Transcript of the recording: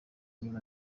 nyuma